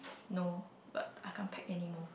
no but I can't pack anymore